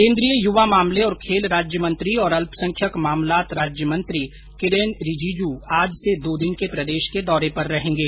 केंद्रीय युवा मामले और खेल राज्य मंत्री और अल्पसंख्यक मामलात राज्य मंत्री किरन रीजीजू आज से दो दिन के प्रदेश के दौरे पर रहेंगे